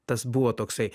tas buvo toksai